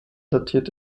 datiert